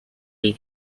les